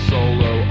Solo